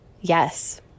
yes